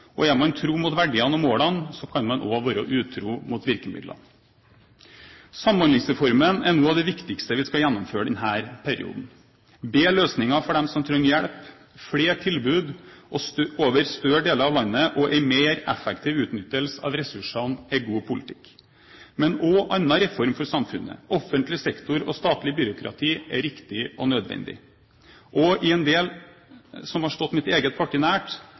utgangspunkt. Er man tro mot verdiene og målene, kan man være utro mot virkemidlene. Samhandlingsreformen er noe av det viktigste vi skal gjennomføre i denne perioden. Bedre løsninger for dem som trenger hjelp, flere tilbud over større deler av landet og en mer effektiv utnyttelse av ressursene er god politikk. Men også annen reform av samfunnet, offentlig sektor og statlig byråkrati er riktig og nødvendig. Også i en del som har stått mitt eget parti nært,